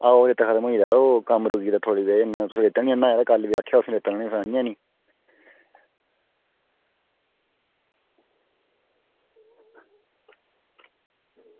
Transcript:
आहो रेता मुक्की गेदा थुआढ़ी बजह कन्नै में कल्ल बी आक्खेआ हा रेता आह्नने गी तुसें आह्नेआ गै नेईं